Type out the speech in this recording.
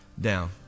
down